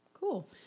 Cool